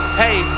hey